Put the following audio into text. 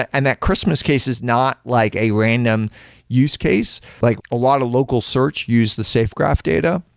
and that christmas case is not like a random use case. like a lot of local search use the safegraph data.